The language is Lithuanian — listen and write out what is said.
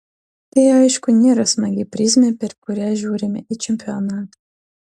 tai aišku nėra smagi prizmė per kurią žiūrime į čempionatą